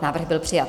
Návrh byl přijat.